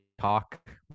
talk